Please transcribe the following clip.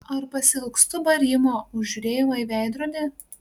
ar pasiilgstu barimo už žiūrėjimą į veidrodį